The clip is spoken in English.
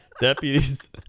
Deputies